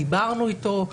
דיברנו איתו,